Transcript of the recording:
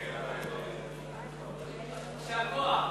יישר כוח,